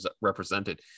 represented